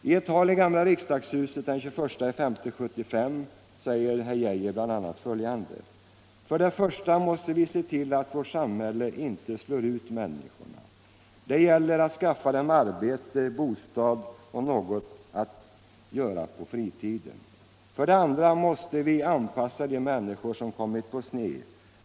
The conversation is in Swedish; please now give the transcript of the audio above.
I ett tal i gamla riksdagshuset, den 21 maj 1975, säger herr Geijer bl.a. följande: ”För det första måste vi se till att vårt samhälle inte slår ut människorna. Det gäller att skaffa dem arbete, bostad och något att göra på fritiden. För det andra måste vi anpassa de människor som kommit på sned.